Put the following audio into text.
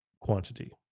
quantity